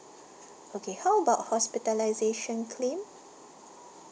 okay how about hospitalization claim